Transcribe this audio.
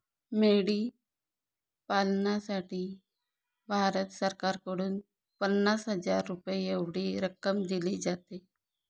मेंढी पालनासाठी भारत सरकारकडून पन्नास हजार रुपये एवढी रक्कम दिली जाते